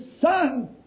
Son